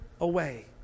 away